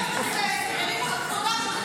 באמת, זאת לא רמה, עדיף להחריש.